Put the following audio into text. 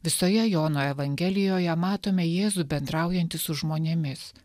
visoje jono evangelijoje matome jėzų bendraujantį su žmonėmis